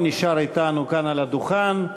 הוא נשאר אתנו כאן על הדוכן,